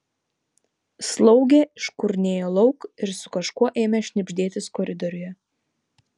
slaugė iškurnėjo lauk ir su kažkuo ėmė šnibždėtis koridoriuje